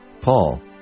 Paul